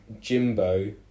Jimbo